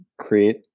create